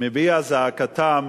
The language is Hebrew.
מביע זעקתם